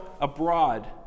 abroad